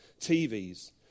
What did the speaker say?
TVs